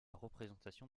représentation